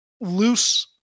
Loose